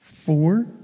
Four